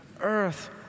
earth